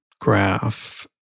graph